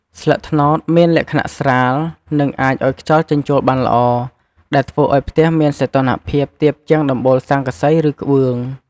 ស្លឹកត្នោតមានលក្ខណៈស្រាល និងអាចឱ្យខ្យល់ចេញចូលបានល្អ ដែលធ្វើឱ្យផ្ទះមានសីតុណ្ហភាពទាបជាងដំបូលស័ង្កសី ឬក្បឿង។